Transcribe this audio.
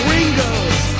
Ringo's